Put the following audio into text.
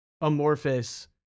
amorphous